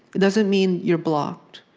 it doesn't mean you're blocked.